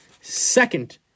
second